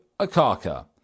Akaka